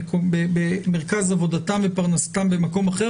מרכז עבודתם ופרנסתם במקום אחר.